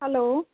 hello